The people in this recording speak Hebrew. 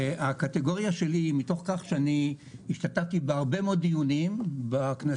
הקטגוריה שלי היא מתוך כך שאני השתתפתי בהרבה מאוד דיונים בכנסים